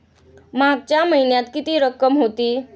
मागच्या महिन्यात किती रक्कम होती?